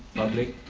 public?